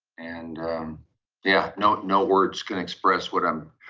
and yeah no no words can express what i'm